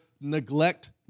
neglect